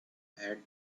had